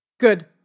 Good